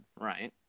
right